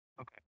Okay